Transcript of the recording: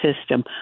system